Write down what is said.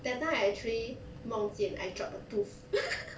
that time I actually 梦见 I dropped a tooth